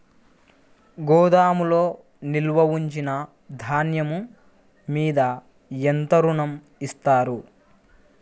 గోదాములో నిల్వ ఉంచిన ధాన్యము మీద ఎంత ఋణం ఇస్తారు?